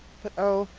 but oh,